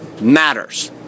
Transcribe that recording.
matters